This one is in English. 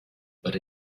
but